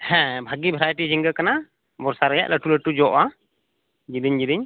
ᱦᱮᱸ ᱵᱷᱟᱹᱜᱤ ᱵᱷᱮᱨᱟᱭᱴᱤ ᱡᱷᱤᱜᱟᱹ ᱠᱟᱱᱟ ᱵᱚᱨᱥᱟ ᱨᱮᱭᱟᱜ ᱞᱟᱹᱴᱩ ᱞᱟᱹᱴᱩ ᱡᱚᱜᱼᱟ ᱡᱮᱞᱮᱧ ᱡᱮᱞᱮᱧ